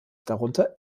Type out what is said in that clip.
darunter